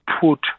put